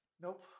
Nope